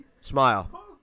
Smile